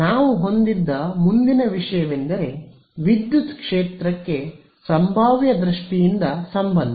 ನಾವು ಹೊಂದಿದ್ದ ಮುಂದಿನ ವಿಷಯವೆಂದರೆ ವಿದ್ಯುತ್ ಕ್ಷೇತ್ರಕ್ಕೆ ಸಂಭಾವ್ಯ ದೃಷ್ಟಿಯಿಂದ ಸಂಬಂಧ